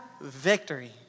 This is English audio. victory